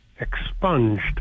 expunged